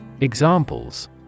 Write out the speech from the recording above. Examples